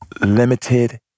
limited